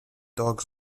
dogs